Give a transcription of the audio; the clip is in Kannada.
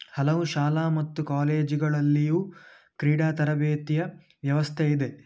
ಹಲವು ಶಾಲಾ ಮತ್ತು ಕಾಲೇಜುಗಳಲ್ಲಿಯೂ ಕ್ರೀಡಾ ತರಬೇತಿಯ ವ್ಯವಸ್ಥೆ ಇದೆ